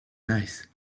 nice